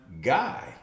guy